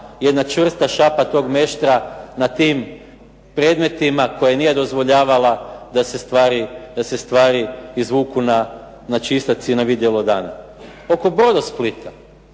jedna čvrsta šapa tog meštra na tim predmetima, koja nije dozvoljavala da se stvari izvuku na čistac i na vidjelo dana. Oko "Brodosplita"